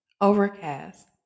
Overcast